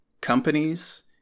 companies